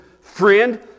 friend